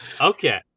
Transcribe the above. Okay